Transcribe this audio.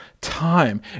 time